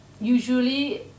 usually